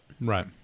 Right